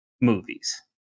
movies